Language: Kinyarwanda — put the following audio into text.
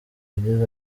yagize